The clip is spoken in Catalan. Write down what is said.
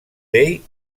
dei